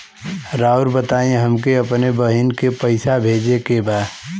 राउर बताई हमके अपने बहिन के पैसा भेजे के बा?